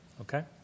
Okay